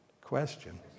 Question